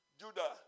Judah